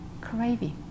craving